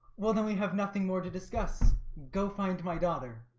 well then we have nothing more to discuss. go find my daughter.